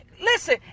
Listen